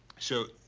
so,